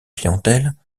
clientèle